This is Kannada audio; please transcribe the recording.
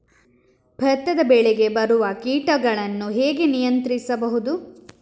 ಭತ್ತದ ಬೆಳೆಗೆ ಬರುವ ಕೀಟಗಳನ್ನು ಹೇಗೆ ನಿಯಂತ್ರಿಸಬಹುದು?